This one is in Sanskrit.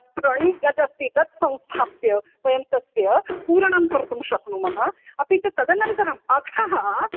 तृणं यदस्ति तत् संस्थाप्य वयं तस्य पूरणं कर्तुं शक्नुमः अपि च तदनन्तरम् अधः